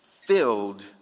filled